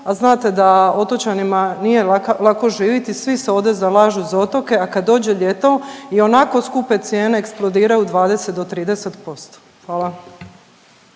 a znate da otočanima nije lako živjeti. Svi se ovdje zalažu za otoke, a kad dođe ljeto ionako skupe cijene eksplodiraju 20 do 30%. Hvala.